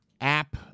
app